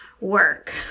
work